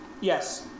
Yes